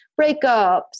breakups